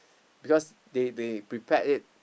because they they prepared it